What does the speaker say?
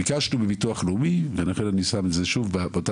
ביקשנו מביטוח לאומי ולכן אני שם את זה שוב באותה